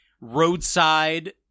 roadside